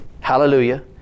Hallelujah